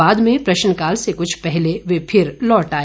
बाद में प्रश्नकाल से कुछ पहले वे फिर लौट आए